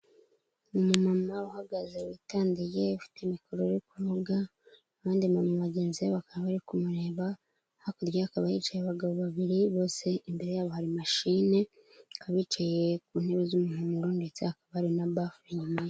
Umumama uhagaze witandiye, ufite mikoro ari kuvuga, abandi bamama bagenzi be bakaba bari kumureba, hakurya ye hakaba hicaye abagabo babiri, bose imbere yabo hari mashine, bakaba bicaye ku ntebe z'umuhundo ndetse hakaba hari na bafure inyuma ye.